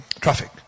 traffic